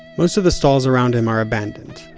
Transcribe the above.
most of the stalls around him are abandoned.